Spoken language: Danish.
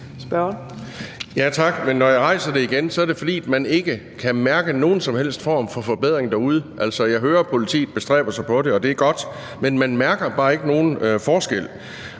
når jeg rejser det igen, er det, fordi man ikke kan mærke nogen som helst form for forbedring derude. Altså, jeg hører, at politiet bestræber sig på det, og det er godt. Men man mærker bare ikke nogen forskel,